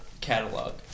Catalog